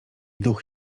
duch